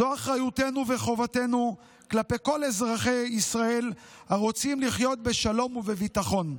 זו אחריותנו וחובתנו כלפי כל אזרחי ישראל הרוצים לחיות בשלום ובביטחון.